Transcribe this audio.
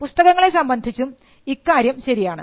പുസ്തകങ്ങളെ സംബന്ധിച്ചും ഇക്കാര്യം ശരിയാണ്